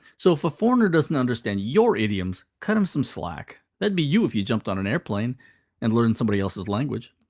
so if a foreigner doesn't understand your idioms, cut him some slack. that'd be you if you jumped on an airplane and learned somebody else's language.